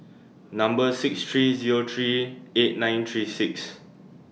Number six three Zero three eight nine three six